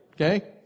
Okay